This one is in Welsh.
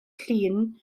llun